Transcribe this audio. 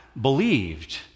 believed